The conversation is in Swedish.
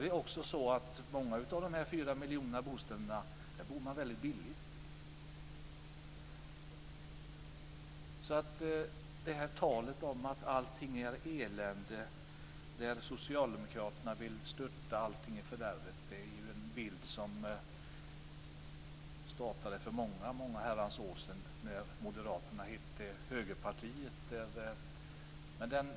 I många av dessa fyra miljoner bostäder bor man väldigt billigt. Talet om att allting är elände och att socialdemokraterna vill störta allting i fördärvet startade för många herrans år sedan, när Moderaterna hette Högerpartiet.